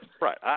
Right